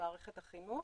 במערכת החינוך.